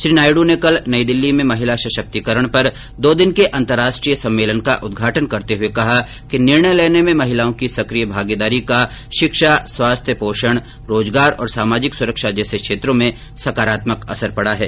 श्री नायडू ने कल नई दिल्ली में महिला सशक्तिकरण पर दो दिन के अंतर्राष्ट्रीय सम्मेलन का उद्घाटन करते हुए कहा कि निर्णय लेने में महिलाओं की सक्रिय भागीदारी का शिक्षा स्वास्थ्य पोषण र्रोजगार और सामाजिक सुरक्षा जैसे क्षेत्रों में सकारात्मक असर पड़ा है